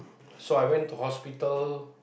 so I went to hospital